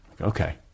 Okay